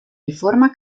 riforma